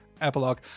epilogue